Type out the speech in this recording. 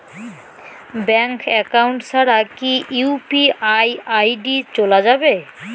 Bank account ছাড়া কি UPI ID চোলা যাবে?